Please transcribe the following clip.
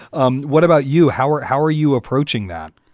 um what about you, howard? how are you approaching that?